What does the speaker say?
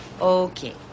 okay